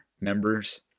members